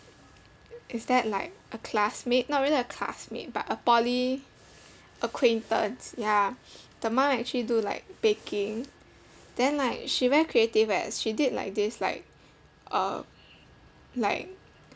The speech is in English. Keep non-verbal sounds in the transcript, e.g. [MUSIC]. is that like a classmate not really like a classmate but a poly acquaintance ya [NOISE] the mum actually do like baking then like she very creative leh she did like this like uh like